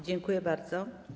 Dziękuję bardzo.